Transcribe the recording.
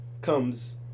comes